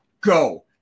go